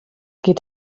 geht